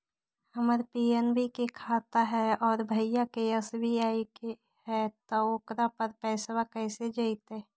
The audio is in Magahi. हमर पी.एन.बी के खाता है और भईवा के एस.बी.आई के है त ओकर पर पैसबा कैसे जइतै?